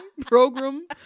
program